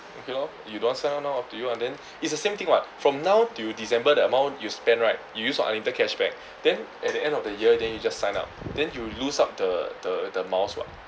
okay lor you don't want sign up now up to you ah then it's the same thing [what] from now till december the amount you spend right you use your unlimited cashback then at the end of the year then you just sign up then you lose out the the the miles what